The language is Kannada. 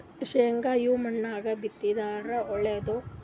ಶೇಂಗಾ ಯಾ ಮಣ್ಣಾಗ ಬಿತ್ತಿದರ ಒಳ್ಳೇದು?